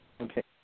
Okay